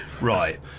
Right